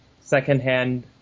secondhand